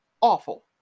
awful